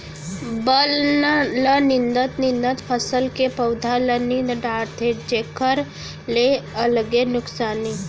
बन ल निंदत निंदत फसल के पउधा ल नींद डारथे जेखर ले अलगे नुकसानी